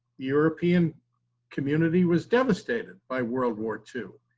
european community was devastated by world war two!